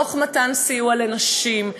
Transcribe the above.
תוך מתן סיוע לנשים,